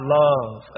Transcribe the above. love